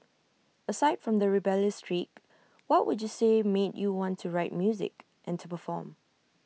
aside from the rebellious streak what would you say made you want to write music and to perform